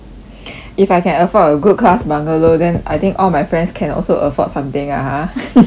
if I can afford a good class bungalow then I think all my friends can also afford something ah !huh!